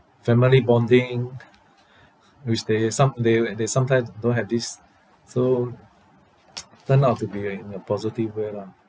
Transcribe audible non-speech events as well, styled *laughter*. family bonding *noise* which they some they when they sometime don't have this so *noise* turn out to be uh in a positive way lah